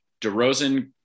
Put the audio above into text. DeRozan